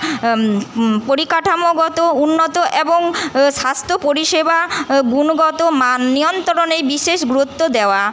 পরিকাঠামোগত উন্নত এবং স্বাস্থ্য পরিষেবা গুণগত মান নিয়ন্ত্রণে বিশেষ গুরুত্ব দেওয়া